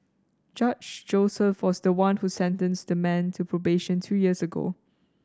Judge Joseph was the one who sentenced the man to probation two years ago